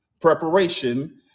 Preparation